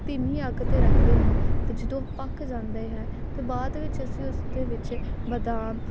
ਧੀਮੀ ਅੱਗ 'ਤੇ ਰੱਖਦੇ ਹਾਂ ਅਤੇ ਜਦੋਂ ਪੱਕ ਜਾਂਦੇ ਹੈ ਤਾਂ ਬਾਅਦ ਵਿੱਚ ਅਸੀਂ ਉਸ ਦੇ ਵਿੱਚ ਬਦਾਮ